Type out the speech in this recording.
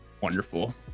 wonderful